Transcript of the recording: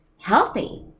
healthy